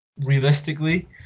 realistically